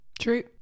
true